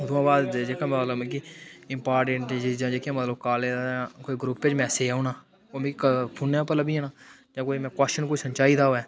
उत्थुआं बाद जेह्का मतलब मिकी इंपारटैंट चीजां जेह्कियां मतलब कालेज दियां कोई ग्रुप च मैसज औना ओह् मिगी फोनेै पर लब्भी जाना जां कोई में क्वश्चन कुवश्चन चाहिदा होऐ तां ओह्